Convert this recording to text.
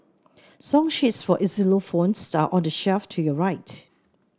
song sheets for xylophones are on the shelf to your right